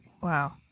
Wow